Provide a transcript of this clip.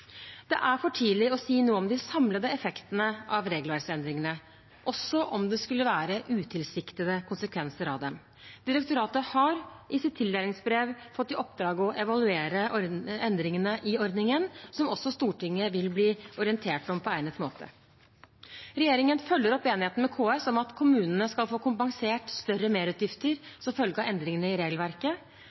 Det er for tidlig å si noe om de samlede effektene av regelverksendringene – også om det skulle være utilsiktede konsekvenser av dem. Direktoratet har i sitt tildelingsbrev fått i oppdrag å evaluere endringene i ordningen, noe Stortinget vil bli orientert om på egnet måte. Regjeringen følger opp enigheten med KS om at kommunene skal få kompensert større merutgifter som følge av endringene i regelverket.